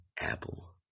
Apple